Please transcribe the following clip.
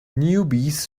newbies